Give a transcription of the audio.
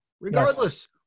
regardless